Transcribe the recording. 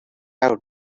have